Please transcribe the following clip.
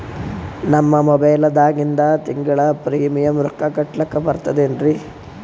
ನಮ್ಮ ಮೊಬೈಲದಾಗಿಂದ ತಿಂಗಳ ಪ್ರೀಮಿಯಂ ರೊಕ್ಕ ಕಟ್ಲಕ್ಕ ಬರ್ತದೇನ್ರಿ?